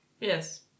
Yes